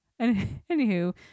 anywho